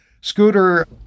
Scooter